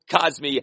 Cosme